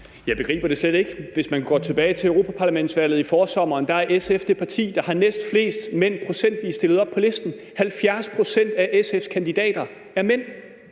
Jeg begriber det slet ikke. Hvis man går tilbage til europaparlamentsvalget i forsommeren, var SF det parti, der procentvis havde flest mænd stillet op på listen. 70 pct. af SF's kandidater var mænd.